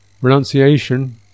renunciation